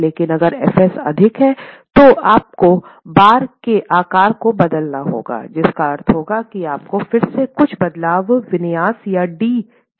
लेकिन अगर f s अधिक है तो आपको बार के आकार को बदलना होगा जिसका अर्थ होगा कि आपको फिर से कुछ बदलाव विन्यास या d के मान में करने होंगे